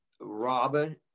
Robin